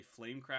flamecraft